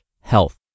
health